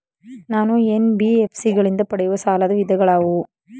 ನಾನು ಎನ್.ಬಿ.ಎಫ್.ಸಿ ಗಳಿಂದ ಪಡೆಯುವ ಸಾಲದ ವಿಧಗಳಾವುವು?